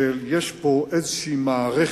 שיש פה מערכת